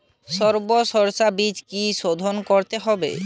সব শষ্যবীজ কি সোধন করতে হবে?